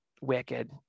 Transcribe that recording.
wicked